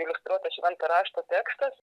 iliustruotas švento rašto tekstas